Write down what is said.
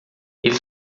ele